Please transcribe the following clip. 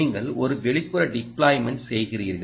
நீங்கள் ஒரு வெளிப்புற டிப்ளாய்மென்ட் செய்கிறீர்கள்